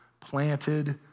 planted